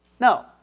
No